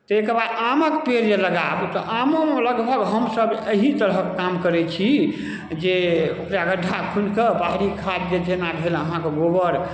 तै के बाद आमके पेड़ जे लगाबी तऽ आमोमे लगभग हमसभ अहि तरहक काम करै छी जे ओकरा गड्ढा खुनिकऽ बाहरी खाद जे छै जेना भेल अहाँके गोबर